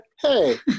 Hey